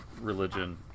religion